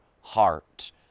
heart